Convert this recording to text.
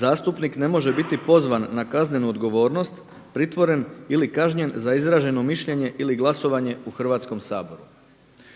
„Zastupnik ne može biti pozvan na kaznenu odgovornost, pritvoren ili kažnjen za izraženo mišljenje ili glasovanje u Hrvatskom saboru“.